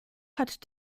hat